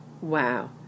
Wow